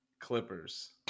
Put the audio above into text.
Clippers